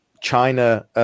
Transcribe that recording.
china